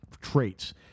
traits